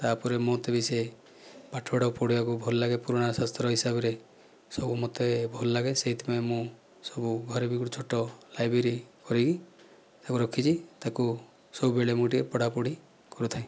ତା'ପରେ ମୋତେ ବି ସେ ପାଠଗୁଡ଼ାକ ପଢ଼ିବାକୁ ଭଲ ଲାଗେ ପୁରୁଣା ଶାସ୍ତ୍ର ହିସାବରେ ସବୁ ମୋତେ ଭଲ ଲାଗେ ସେଥିପାଇଁ ମୁଁ ସବୁ ଘରେ ବି ଗୋଟିଏ ଛୋଟ ଲାଇବ୍ରେରୀ କରିକି ତାକୁ ରଖିଛି ତାକୁ ସବୁବେଳେ ମୁଁ ଟିକେ ପଢ଼ାପଢ଼ି କରୁଥାଏ